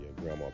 grandma